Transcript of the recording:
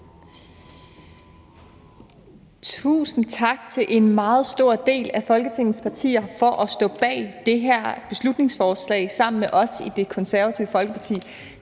Tusind tak til en meget stor del af Folketingets partier for at stå bag det her beslutningsforslag sammen med os i Det Konservative Folkeparti.